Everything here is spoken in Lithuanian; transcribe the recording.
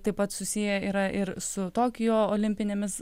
taip pat susiję yra ir su tokijo olimpinėmis